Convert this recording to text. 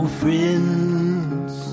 friends